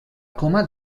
coma